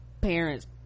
parents